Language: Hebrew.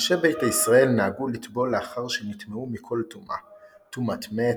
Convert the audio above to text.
אנשי ביתא ישראל נהגו לטבול לאחר שנטמאו מכל טומאה טומאת מת,